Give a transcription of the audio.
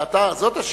זאת השאלה.